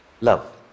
love